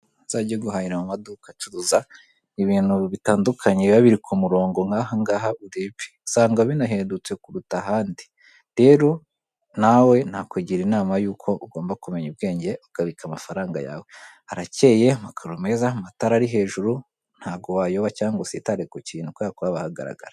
Uzajye guhahira mu maduka acuruza ibintu bitandukanye biba biri ku murongo nk'aha ngaha urebe, usanga binahendutse kuruta ahandi, rero nawe nakugira inama y'uko ugomba kumenya ubwenge ukabika amafaranga yawe, harakeye amakaro meza, amatara ari hejuru ntago wayoba cyangwa ngo usitare ku kintu kuko kubera ko haba hanagaragara.